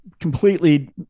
completely